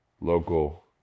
local